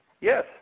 Yes